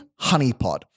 Honeypot